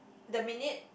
the minute